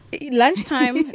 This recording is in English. Lunchtime